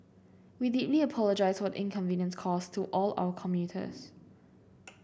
we deeply apologise were inconvenience caused to all our commuters